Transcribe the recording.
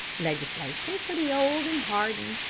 legislation for the old and hardened,